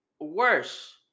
worse